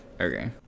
Okay